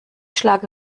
schlage